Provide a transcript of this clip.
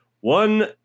One